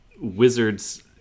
Wizards